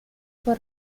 fue